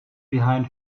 behind